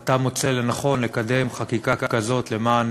אתה מוצא לנכון לקדם חקיקה כזאת למען